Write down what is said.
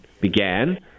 began